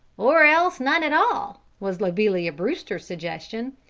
or else none at all! was lobelia brewster's suggestion.